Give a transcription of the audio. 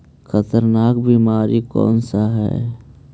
खतरनाक बीमारी कौन सा है?